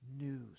news